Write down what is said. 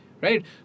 Right